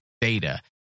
data